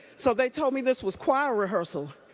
so they told me this was choir rehearsal.